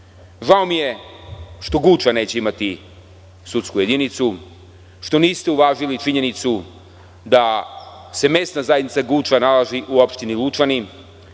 mi je što Guča neće imati sudsku jedinicu, što niste uvažili činjenicu da se mesta zajednica Guča nalazi u opštini Lučani